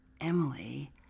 Emily